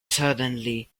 suddenly